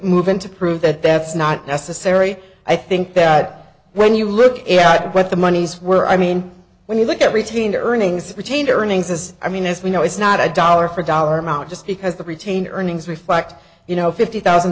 move in to prove that that's not necessary i think that when you look at what the monies were i mean when you look at retained earnings retained earnings as i mean as we know it's not a dollar for dollar amount just because the retained earnings reflect you know fifty thousand